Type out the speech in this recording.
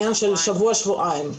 שבוע-שבועיים.